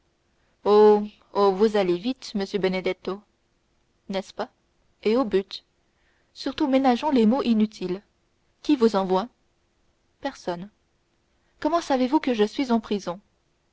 vous allez vite monsieur benedetto n'est-ce pas et au but surtout ménageons les mots inutiles qui vous envoie personne comment savez-vous que je suis en prison